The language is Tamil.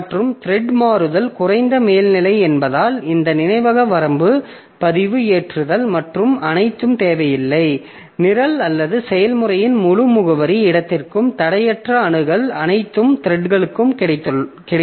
மற்றும் த்ரெட் மாறுதல் குறைந்த மேல்நிலை என்பதால் இந்த நினைவக வரம்பு பதிவு ஏற்றுதல் மற்றும் அனைத்தும் தேவையில்லை நிரல் அல்லது செயல்முறையின் முழு முகவரி இடத்திற்கும் தடையற்ற அணுகல் அனைத்து த்ரெட்களுக்கும் கிடைக்கும்